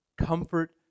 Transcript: Comfort